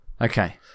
Okay